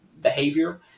behavior